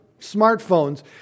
smartphones